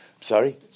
Sorry